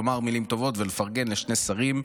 לומר מילים טובות ולפרגן לשני שרים,